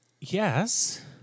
yes